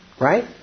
Right